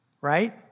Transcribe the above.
right